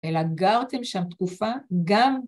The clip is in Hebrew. ‫אלא גרתם שם תקופה גם...